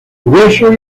grueso